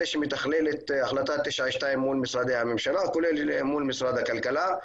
שמתכלל את החלטה 922 מול משרדי הממשלה כולל מול משרד הכלכלה.